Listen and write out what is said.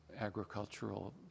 agricultural